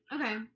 okay